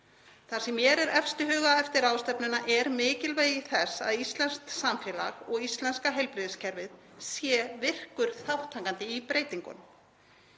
Það sem mér er efst í huga eftir ráðstefnuna er mikilvægi þess að íslenskt samfélag og íslenska heilbrigðiskerfið sé virkur þátttakandi í breytingunum.